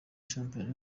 shampiyona